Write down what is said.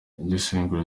igenzura